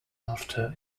after